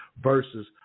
versus